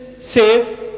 safe